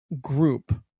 group